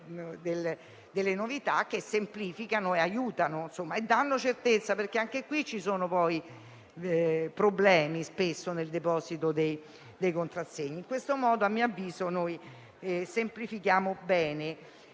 novità che semplificano, aiutano e danno certezza, perché spesso ci sono problemi anche nel deposito dei contrassegni. In questo modo, a mio avviso, semplifichiamo bene.